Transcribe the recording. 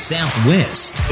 Southwest